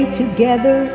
together